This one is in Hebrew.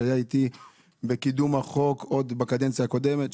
שהיה איתי בקידום החוק עוד בקדנציה הקודמת,